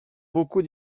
beaucoup